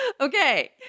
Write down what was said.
Okay